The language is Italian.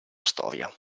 storia